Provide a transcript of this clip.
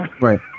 Right